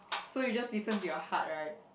so you just listen to your heart right